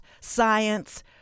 science